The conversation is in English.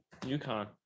UConn